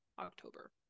October